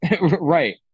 Right